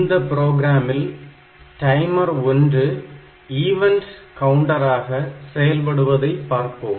இந்த ப்ரோக்ராமில் timer 1 event கவுண்டராக செயல்படுவதை பார்ப்போம்